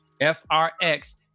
F-R-X